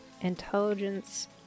intelligence